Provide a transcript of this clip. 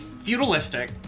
feudalistic